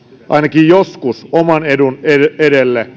ainakin joskus oman edun edelle